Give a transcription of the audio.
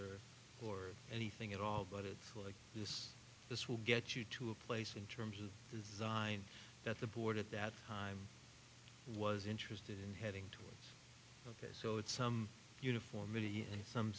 or or anything at all but it's like this this will get you to a place in terms of design that the board at that time was interested in heading to focus so it's some uniformity